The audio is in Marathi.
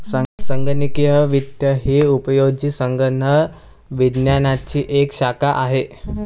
संगणकीय वित्त ही उपयोजित संगणक विज्ञानाची एक शाखा आहे